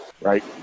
right